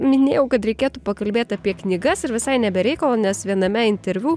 minėjau kad reikėtų pakalbėt apie knygas ir visai ne be reikalo nes viename interviu